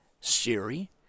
siri